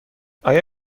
آیا